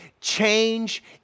Change